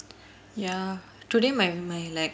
ya today my my like